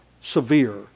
severe